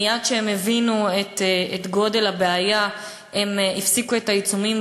מייד כשהם הבינו את גודל הבעיה הם הפסיקו את העיצומים,